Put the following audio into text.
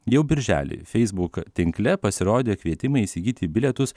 jau birželį facebook tinkle pasirodė kvietimai įsigyti bilietus